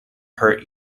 hurt